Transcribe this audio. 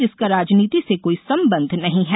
जिसका राजनीति से कोई संबंध नहीं है